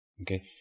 Okay